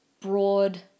broad